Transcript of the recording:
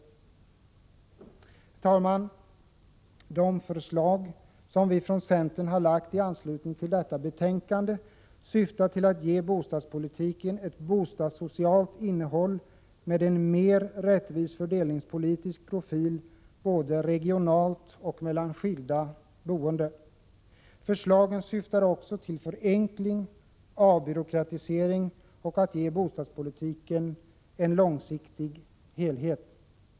Herr talman! De förslag som vi i centern har lagt fram i anslutning till detta betänkande syftar till att ge bostadspolitiken ett bostadssocialt innehåll med en mer rättvis fördelningspolitisk profil både regionalt och mellan skilda boendeformer. Förslagen syftar också till förenkling och avbyråkratisering samt till att ge bostadspolitiken en långsiktig helhet.